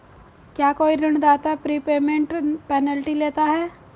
क्या कोई ऋणदाता प्रीपेमेंट पेनल्टी लेता है?